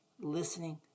listening